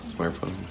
Smartphone